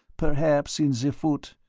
perhaps in the foot,